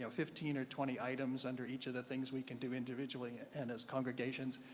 so fifteen or twenty items under each of the things we can do individually and as congregations,